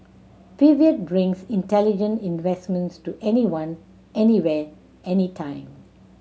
pivot brings intelligent investments to anyone anywhere anytime